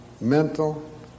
mental